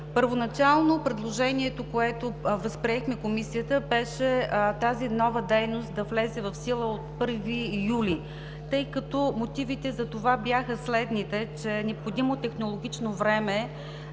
Първоначално предложението, което възприе Комисията, беше тази нова дейност да влезе в сила от 1 юли. Мотивите за това бяха, че е необходимо технологично време